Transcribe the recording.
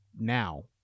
now